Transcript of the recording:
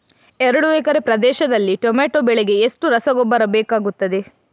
ಎರಡು ಎಕರೆ ಪ್ರದೇಶದಲ್ಲಿ ಟೊಮ್ಯಾಟೊ ಬೆಳೆಗೆ ಎಷ್ಟು ರಸಗೊಬ್ಬರ ಬೇಕಾಗುತ್ತದೆ?